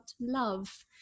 love